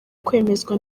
kwemezwa